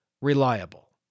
reliable